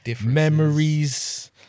memories